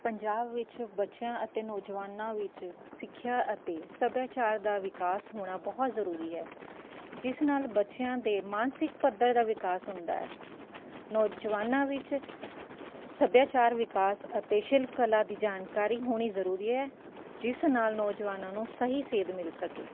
ਪੰਜਾਬ ਵਿੱਚ ਬੱਚਿਆਂ ਅਤੇ ਨੌਜਵਾਨਾਂ ਵਿੱਚ ਸਿੱਖਿਆ ਅਤੇ ਸੱਭਿਆਚਾਰ ਦਾ ਵਿਕਾਸ ਹੋਣਾ ਬਹੁਤ ਜ਼ਰੂਰੀ ਹੈ ਜਿਸ ਨਾਲ਼ ਬੱਚਿਆਂ ਦੇ ਮਾਨਸਿਕ ਪੱਧਰ ਦਾ ਵਿਕਾਸ ਹੁੰਦਾ ਹੈ ਨੌਜਵਾਨਾਂ ਵਿੱਚ ਸੱਭਿਆਚਾਰ ਵਿਕਾਸ ਅਤੇ ਸ਼ਿਲਪ ਕਲਾ ਦੀ ਜਾਣਕਾਰੀ ਹੋਣੀ ਜ਼ਰੂਰੀ ਹੈ ਜਿਸ ਨਾਲ਼ ਨੌਜਵਾਨਾਂ ਨੂੰ ਸਹੀ ਸੇਧ ਮਿਲ ਸਕੇ